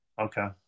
Okay